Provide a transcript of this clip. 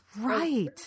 right